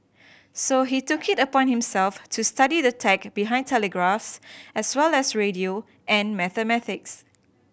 so he took it upon himself to study the tech behind telegraphs as well as radio and mathematics